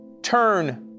turn